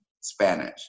Spanish